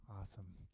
Awesome